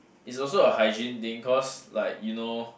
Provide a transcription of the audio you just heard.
it's also a hygiene thing cause like you know